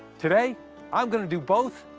today i'm going to do both,